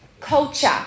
culture